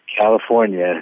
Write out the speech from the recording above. California